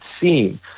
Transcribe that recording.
seen